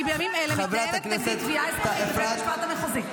כי בימים אלה מתנהלת נגדי תביעה אזרחית בבית המשפט המחוזי.